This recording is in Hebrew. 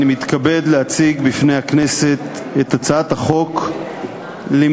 אני מתכבד להציג בפני הכנסת את הצעת החוק למניעת